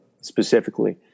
specifically